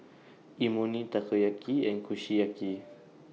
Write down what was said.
Imoni Takoyaki and Kushiyaki